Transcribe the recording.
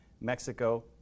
Mexico